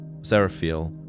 Seraphiel